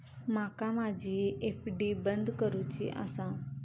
माका माझी एफ.डी बंद करुची आसा